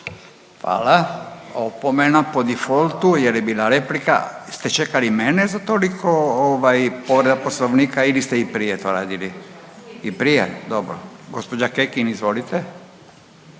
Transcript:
Hvala, opomena po defaultu jer je bila replika. Ste čekali mene za toliko ovaj povreda Poslovnika ili ste i prije to radili? I prije, dobro. Gospođa Kekin, izvolite.